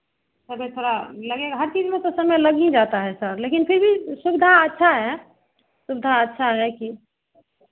समय थोड़ा लगेगा हर चीज़ में तो समय तो लग ही जाता है सर लेकिन फिर भी सुविधा अच्छा है सुविधा अच्छा है कि